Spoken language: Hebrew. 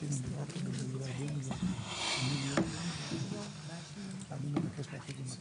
אני מקריא, אדוני.